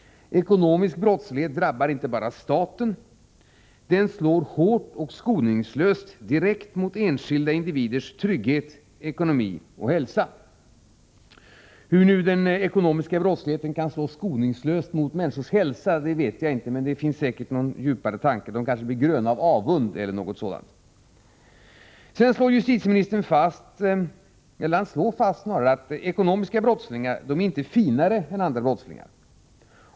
Ekonomisk brottslighet drabbar inte bara staten — den slår hårt och skoningslöst direkt mot enskilda individers trygghet, ekonomi och hälsa. Hur den ekonomiska brottsligheten kan slå skoningslöst mot människors hälsa vet jag inte, men det finns säkert någon djupare tanke bakom detta. De kanske blir gröna av avund eller något sådant. Justitieministern slår fast att ekonomiska brottslingar inte är finare än andra brottslingar.